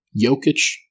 Jokic